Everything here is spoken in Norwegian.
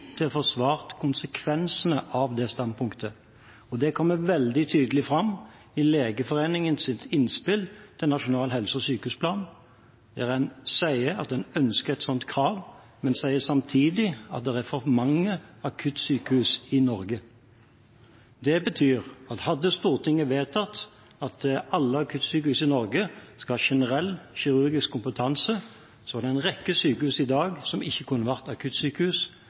til å forsvare konsekvensene av det standpunktet. Dette kommer veldig tydelig fram i Legeforeningens innspill til Nasjonal helse- og sykehusplan, der en sier at en ønsker et slikt krav, men samtidig sier at det er for mange akuttsykehus i Norge. Det betyr at hadde Stortinget vedtatt at alle akuttsykehus i Norge skulle ha generell kirurgisk kompetanse, så var det en rekke sykehus i dag som ikke kunne ha vært akuttsykehus